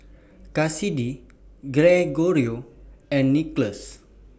Kassidy Gregorio and Nicholas